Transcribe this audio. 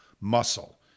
muscle